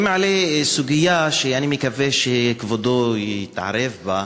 אני מעלה סוגיה שאני מקווה שכבודו יתערב בה.